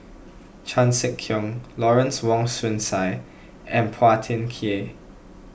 Chan Sek Keong Lawrence Wong Shyun Tsai and Phua Thin Kiay